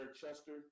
Chester